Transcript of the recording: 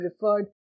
referred